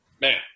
man